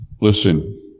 Listen